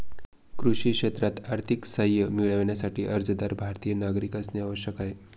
कृषी क्षेत्रात आर्थिक सहाय्य मिळविण्यासाठी, अर्जदार भारतीय नागरिक असणे आवश्यक आहे